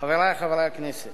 חברי חברי הכנסת,